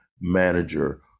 manager